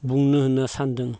बुंनो होनना सान्दों